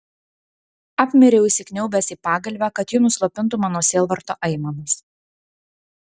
apmiriau įsikniaubęs į pagalvę kad ji nuslopintų mano sielvarto aimanas